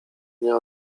nie